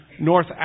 North